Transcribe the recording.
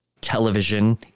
television